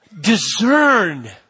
discern